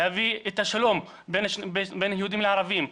להביא את השלום בין יהודים לערבים,